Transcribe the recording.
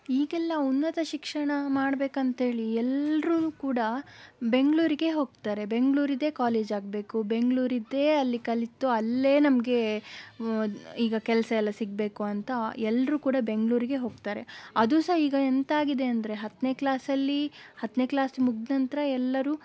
ಈಗೆಲ್ಲ ಉನ್ನತ ಶಿಕ್ಷಣ ಮಾಡ್ಬೇಕಂತೇಳಿ ಎಲ್ಲರೂ ಕೂಡ ಬೆಂಗಳೂರಿಗೇ ಹೋಗ್ತಾರೆ ಬೆಂಗಳೂರಿದ್ದೇ ಕಾಲೇಜ್ ಆಗಬೇಕು ಬೆಂಗಳೂರಿದ್ದೇ ಅಲ್ಲಿ ಕಲಿತು ಅಲ್ಲೇ ನಮಗೆ ಈಗ ಕೆಲಸ ಎಲ್ಲ ಸಿಗಬೇಕು ಅಂತ ಎಲ್ಲರೂ ಕೂಡ ಬೆಂಗಳೂರಿಗೇ ಹೋಗ್ತಾರೆ ಅದು ಸಹ ಈಗ ಎಂಥ ಆಗಿದೆ ಅಂದರೆ ಹತ್ತನೆಯ ಕ್ಲಾಸಲ್ಲಿ ಹತ್ತನೆಯ ಕ್ಲಾಸ್ ಮುಗಿದ ನಂತರ ಎಲ್ಲರೂ